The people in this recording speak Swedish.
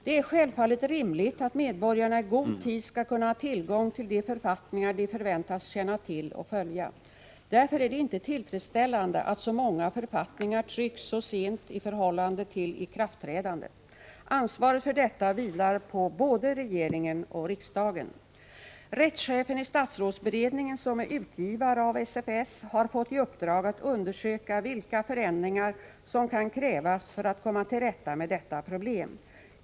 Det är självfallet rimligt att medborgarna i god tid skall kunna ha tillgång till de författningar de förväntas känna till och följa. Därför är det inte tillfredsställande att så många författningar trycks så sent i förhållande till ikraftträdandet. Ansvaret för detta vilar på både regeringen och riksdagen. Rättschefen i statsrådsberedningen, som är utgivare av SFS, har fått i uppdag att undersöka vilka förändringar som kan krävas för att komma till rätta med detta problem.